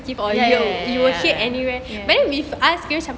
ya ya ya